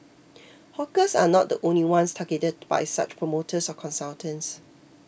hawkers are not the only ones targeted by such promoters or consultants